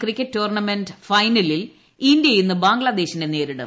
cricket tournament ഫൈനലിൽ India ഇന്ന് ബംഗ്ലാദേശിനെ നേരിടും